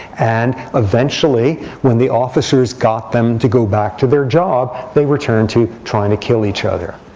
and, eventually, when the officers got them to go back to their job, they returned to trying to kill each other